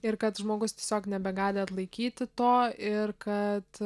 ir kad žmogus tiesiog nebegali atlaikyti to ir kad